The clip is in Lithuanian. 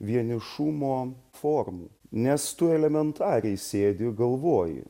vienišumo formų nes tu elementariai sėdi galvoji